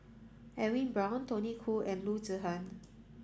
Edwin Brown Tony Khoo and Loo Zihan